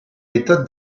méthode